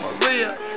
Maria